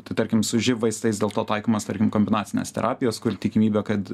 tai tarkim su živ vaistais dėl to taikomos tarkim kombinacinės terapijos kur tikimybė kad